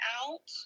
out